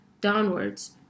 downwards